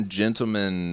gentlemen